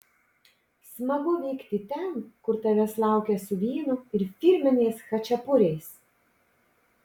smagu vykti ten kur tavęs laukia su vynu ir firminiais chačiapuriais